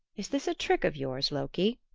is this a trick of yours, loki?